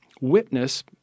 witness